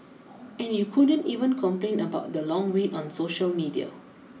and you couldn't even complain about the long wait on social media